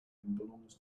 belongs